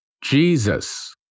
Jesus